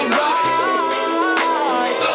right